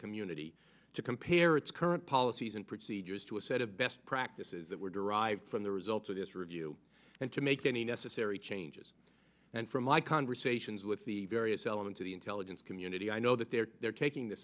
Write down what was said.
community to compare its current policies and procedures to a set of best practices that were derived from the results of this review and to make any necessary changes and from my conversations with the various elements of the intelligence community i know that they're they're taking th